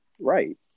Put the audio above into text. Right